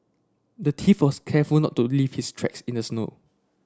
the thief was careful not to leave his tracks in the snow